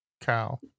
cow